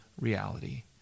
reality